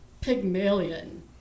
Pygmalion